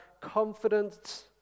confidence